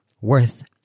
worth